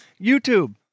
YouTube